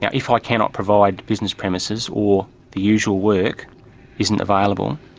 yeah if ah i cannot provide business premises or the usual work isn't available,